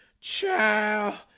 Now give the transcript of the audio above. Child